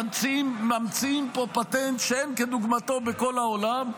ממציאים פה פטנט שאין כדוגמתו בכל העולם: